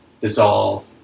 dissolve